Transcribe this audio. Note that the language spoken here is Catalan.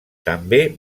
també